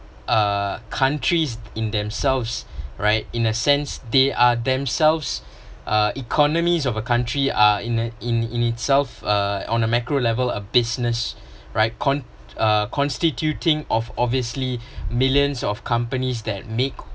uh countries in themselves right in a sense they are themselves uh economies of a country are in in in itself uh on a macro level a business right con~ uh constituting of obviously millions of companies that make